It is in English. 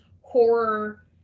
horror